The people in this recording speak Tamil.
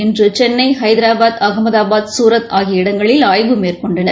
இன்றுசென்னைஹைதராபாத் அகமதாபாத் சூரத் ஆகிய இடங்களில் ஆய்வு மேற்கொண்டனர்